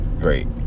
Great